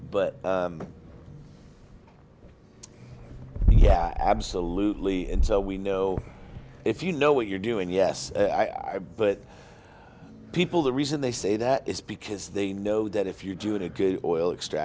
but yeah absolutely and so we know if you know what you're doing yes i but people the reason they say that is because they know that if you do a good oil extra